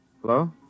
Hello